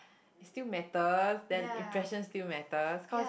it still matters then impression still matters cause